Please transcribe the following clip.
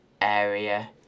area